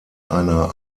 einer